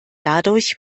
dadurch